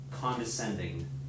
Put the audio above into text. condescending